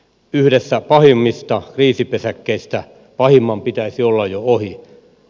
yhdessä pahimmista kriisipesäkkeistä pahimman pitäisi olla jo ohi